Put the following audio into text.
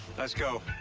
let's go.